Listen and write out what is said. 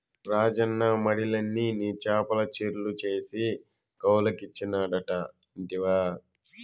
రాజన్న మడిలన్ని నీ చేపల చెర్లు చేసి కౌలుకిచ్చినాడట ఇంటివా